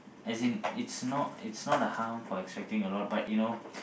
as in it's not a it's not a harm for expecting a lot but you know